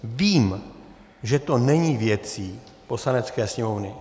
Vím, že to není věcí Poslanecké sněmovny.